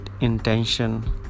intention